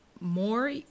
more